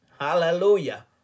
Hallelujah